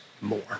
more